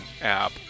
app